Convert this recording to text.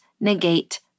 negate